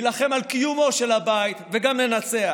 נילחם על קיומו של הבית וגם ננצח.